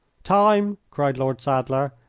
time! cried lord sadler,